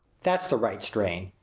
that's the right strain!